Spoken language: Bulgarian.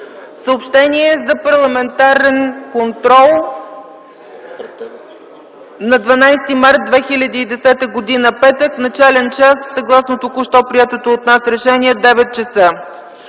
Съобщение за парламентарен контрол на 12 март 2010 г., петък, с начален час, съгласно току-що приетото от нас решение, 9,00